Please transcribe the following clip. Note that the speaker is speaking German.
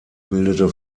bildete